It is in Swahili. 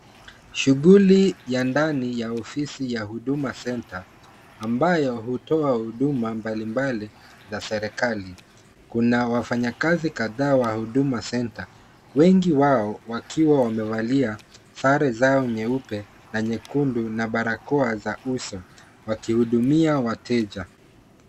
Shughuli ya ndani ya ofisi ya huduma center ambayo hutoa huduma mbali mbali za serikali, kuna wafanyikazi kadhaa wa huduma center wengi wao wakiwa wanavalia sare zao nyeupe na nyekundu na barakoa za uso wakihudumia wateja.